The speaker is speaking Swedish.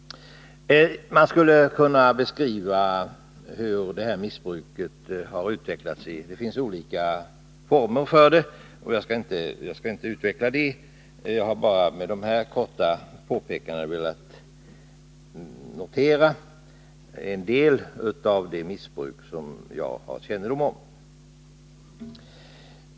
Man skulle kunna beskriva hur detta missbruk har utvecklats. Det finns olika former för det som jag inte närmare skall gå in på här. Jag har med detta påpekande bara velat notera en del av det missbruk som jag har kännedom om.